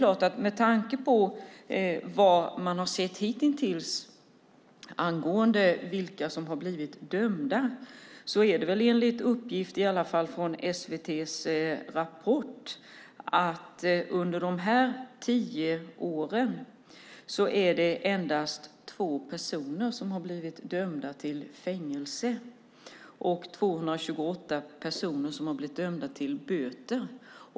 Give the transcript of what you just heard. Hitintills under de här tio åren är det, i alla fall enligt uppgift från SVT:s Rapport , endast två personer som har blivit dömda till fängelse och 228 personer som har blivit dömda till böter.